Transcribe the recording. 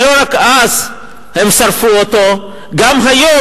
ולא רק אז הם שרפו אותו, גם היום.